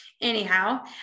Anyhow